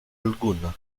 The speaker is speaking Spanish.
alguna